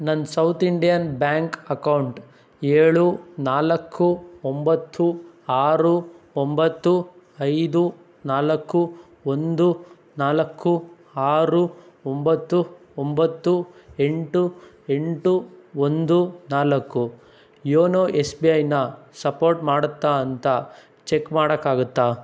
ನನ್ನ South Indian Bank account ಏಳು ನಾಲ್ಕು ಒಂಬತ್ತು ಆರು ಒಂಬತ್ತು ಐದು ನಾಲ್ಕು ಒಂದು ನಾಲ್ಕು ಆರು ಒಂಬತ್ತು ಒಂಬತ್ತು ಎಂಟು ಎಂಟು ಒಂದು ನಾಲ್ಕು ಯೋನೋ ಎಸ್ ಬಿ ಐನ ಸಪೋರ್ಟ್ ಮಾಡುತ್ತಾ ಅಂತ ಚೆಕ್ ಮಾಡೋಕ್ಕಾಗತ್ತಾ